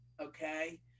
okay